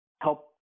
help